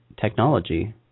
technology